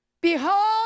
Behold